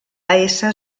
ésser